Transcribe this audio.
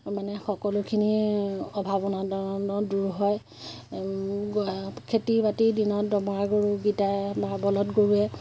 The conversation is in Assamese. মানে সকলোখিনি অভাৱ অনাটনো দূৰ হয় খেতি বাতিৰ দিনত দমৰা গৰুকেইটাই মাৰ্বলত গৰুৱে